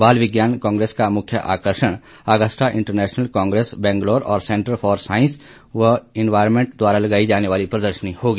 बाल विज्ञान कांग्रेस का मुख्य आकर्षण ऑगस्टा इंटरनेश्नल कांग्रेस बैंगलोर और सेंटर फॉर साईंस व एनवायरमेंट द्वारा लगाई जाने वाली प्रदर्शनी होगी